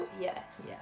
Yes